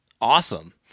awesome